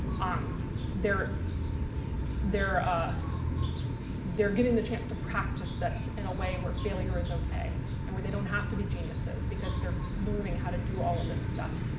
um they're they're ah getting the chance to practice this in a way where failure is okay and where they don't have to be geniuses because they're learning how to do all of this stuff.